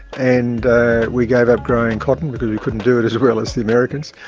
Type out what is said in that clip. and we gave up growing cotton because we couldn't do it as well as the americans.